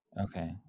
Okay